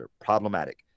problematic